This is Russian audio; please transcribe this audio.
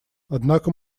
однако